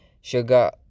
sugar